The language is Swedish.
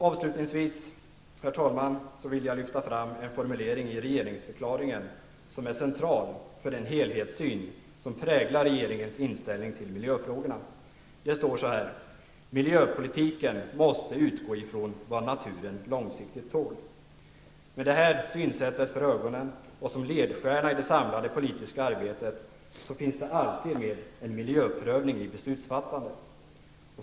Avslutningsvis, herr talman, vill jag lyfta fram en formulering i regeringsförklaringen som är central för den helhetssyn som präglar regeringens inställning till miljöfrågorna. Det står så här: ''Miljöpolitiken måste utgå ifrån vad naturen långsiktigt tål.'' Med detta synsätt som ledstjärna i det samlade politiska arbetet finns alltid en miljöprövning med i beslutsfattandet.